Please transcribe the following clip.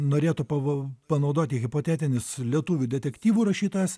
norėtų pava panaudoti hipotetinis lietuvių detektyvų rašytojas